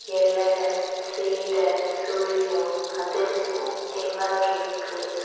எள்ளடை சீடை சுழியம் அதிரசம் தேங்காய் கேக்கு